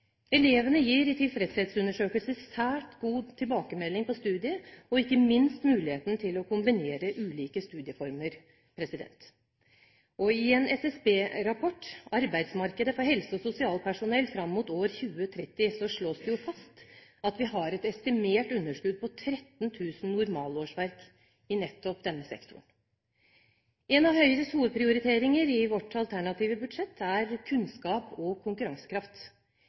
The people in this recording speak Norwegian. Elevene gir i tilfredshetsundersøkelser svært god tilbakemelding på studiet og ikke minst på muligheten til å kombinere ulike studieformer. I en SSB-rapport, Arbeidsmarkedet for helse- og sosialpersonell fram mot år 2030, slås det fast at vi har et estimert underskudd på 13 000 normalårsverk i nettopp denne sektoren. En av Høyres hovedprioriteringer i vårt alternative budsjett er kunnskap og konkurransekraft.